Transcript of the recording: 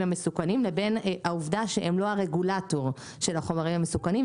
המסוכנים לבין העובדה שהם לא הרגולטור של החומרים המסוכנים.